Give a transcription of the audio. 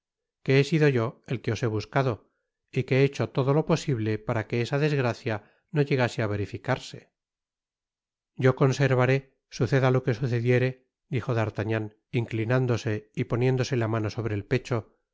que he sido yo el que os he buscado y que he hecho todo lo posible para que esa desgracia no llegase á verificarse yo conservaré suceda lo que sucediere dijo d'artagnan inclinándose y poniéndose la mano sobre et pecho